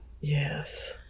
Yes